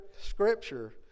Scripture